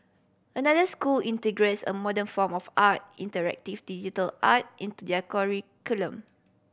another school integrates a modern form of art interactive digital art into their curriculum